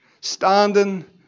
standing